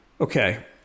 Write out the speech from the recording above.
Okay